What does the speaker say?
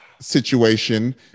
situation